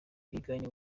biganye